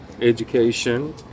education